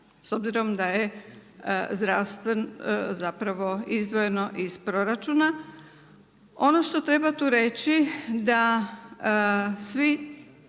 s obzirom da je zdravstvo, zapravo izdvojeno iz proračuna. Ono što treba tu reći, da svi